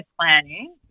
planning